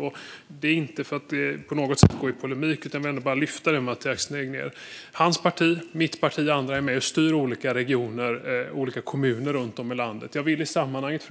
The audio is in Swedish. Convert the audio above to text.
Detta säger jag inte för att på något sätt gå i polemik, utan jag vill bara lyfta frågan med Mathias Tegnér. Hans parti, mitt parti och andra partier är med och styr i regioner och kommuner runt om i landet. Jag vill i sammanhanget